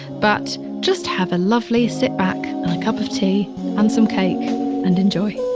but just have a lovely sit back and a cup of tea and some cake and enjoy.